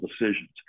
decisions